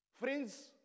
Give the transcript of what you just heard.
Friends